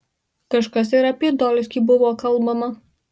kažkas ir apie dolskį buvo kalbama